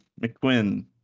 mcquinn